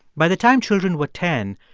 by the time children were ten,